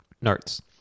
notes